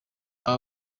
aba